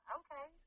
okay